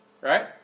Right